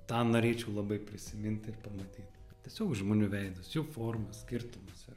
tą norėčiau labai prisimint ir pamatyt tiesiog žmonių veidus jų formas skirtumus ir